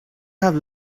have